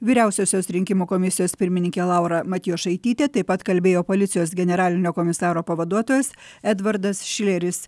vyriausiosios rinkimų komisijos pirmininkė laura matjošaitytė taip pat kalbėjo policijos generalinio komisaro pavaduotojas edvardas šileris